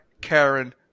Karen